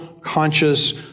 conscious